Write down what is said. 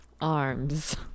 arms